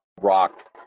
rock